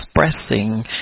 expressing